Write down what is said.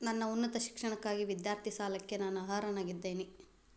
ನನ್ನ ಉನ್ನತ ಶಿಕ್ಷಣಕ್ಕಾಗಿ ವಿದ್ಯಾರ್ಥಿ ಸಾಲಕ್ಕೆ ನಾನು ಅರ್ಹನಾಗಿದ್ದೇನೆಯೇ?